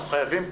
אנחנו חייבים,